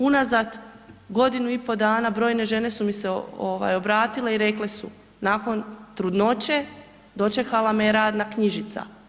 Unazad godinu i po dana brojne žene su mi se ovaj obratile i rekle su nakon trudnoće dočekala me je radna knjižica.